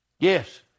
Yes